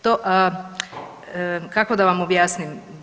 To, kako da vam objasnim.